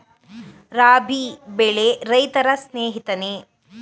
ರಾಬಿ ಬೆಳೆ ರೈತರ ಸ್ನೇಹಿತನೇ?